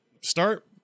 start